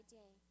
day